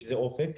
שזה אופק.